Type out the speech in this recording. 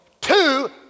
two